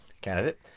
Candidate